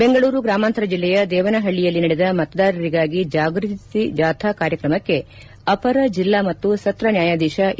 ಬೆಂಗಳೂರು ಗ್ರಾಮಾಂತರ ಜಿಲ್ಲೆಯ ದೇವನಪಳ್ಳಿಯಲ್ಲಿ ನಡೆದ ಮತದಾರರಿಗಾಗಿ ಜಾಗೃತಿ ಜಾಥಾ ಕಾರ್ಯಕ್ರಮಕ್ಕೆ ಅಪರ ಜೆಲ್ಲಾ ಮತ್ತು ಸತ್ರ ನ್ಯಾಯಾಧೀಶ ಎ